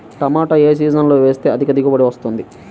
టమాటా ఏ సీజన్లో వేస్తే అధిక దిగుబడి వస్తుంది?